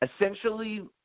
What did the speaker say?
essentially